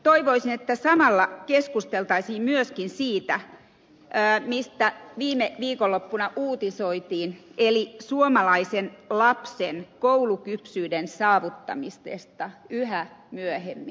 toivoisin että samalla keskusteltaisiin myös siitä mistä viime viikonloppuna uutisoitiin eli suomalaisen lapsen koulukypsyyden saavuttamisesta yhä myöhemmin